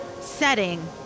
setting